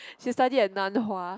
she study at Nan-Hua